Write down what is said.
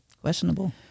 Questionable